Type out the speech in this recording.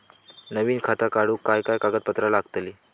नवीन खाता काढूक काय काय कागदपत्रा लागतली?